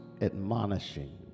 admonishing